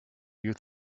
you